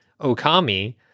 Okami